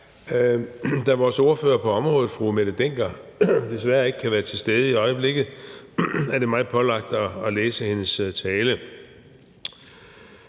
Da vores ordfører på området, fru Mette Hjermind Dencker, desværre ikke kan være til stede i øjeblikket, er det blevet pålagt mig at læse hendes tale